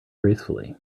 gracefully